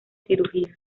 cirugía